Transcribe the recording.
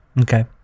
Okay